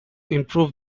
improve